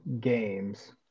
games